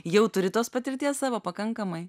jau turi tos patirties savo pakankamai